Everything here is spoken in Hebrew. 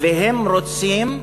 ושהם רוצים,